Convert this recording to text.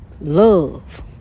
love